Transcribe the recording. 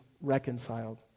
reconciled